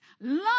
love